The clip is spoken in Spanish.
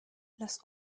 las